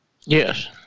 Yes